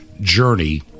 journey